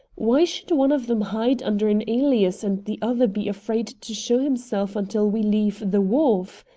why should one of them hide under an alias and the other be afraid to show himself until we leave the wharf?